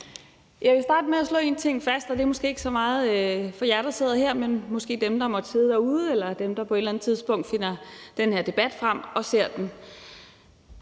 Jeg vil starte med at slå én ting fast, og det er måske ikke så meget for jer, der sidder her, men dem, der måske måtte sidde og se med derude, eller dem, der på et eller andet tidspunkt finder den her debat frem og ser den.